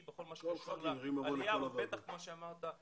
בכל מה שקשור לעלייה ובטח כפי שאמרת,